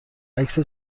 عکس